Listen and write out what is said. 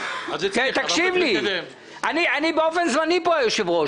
כמו שהסכמנו כל הזמן,